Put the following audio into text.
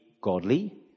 godly